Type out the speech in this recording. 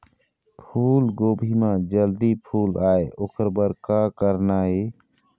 फूलगोभी म जल्दी फूल आय ओकर बर का करना ये?